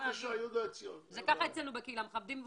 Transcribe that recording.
כולנו מברכים.